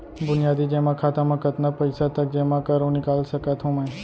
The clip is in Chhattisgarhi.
बुनियादी जेमा खाता म कतना पइसा तक जेमा कर अऊ निकाल सकत हो मैं?